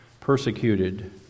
persecuted